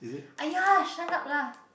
!aiya! shut up lah